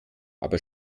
aber